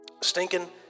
stinking